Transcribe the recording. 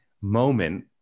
moment